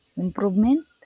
Improvement